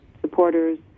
supporters